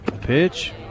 Pitch